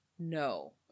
No